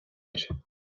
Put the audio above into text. air